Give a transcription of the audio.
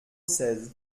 seize